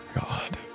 God